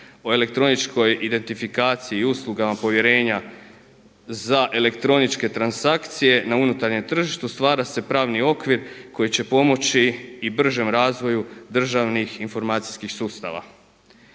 o elektroničkoj identifikaciji u slugama povjerenja za elektroničke transakcije na unutarnjem tržištu stvara se pravni okvir koji će pomoći i bržem razvoju državnih informacijskih sustava.